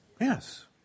Yes